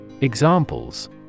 Examples